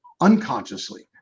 unconsciously